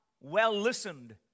well-listened